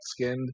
skinned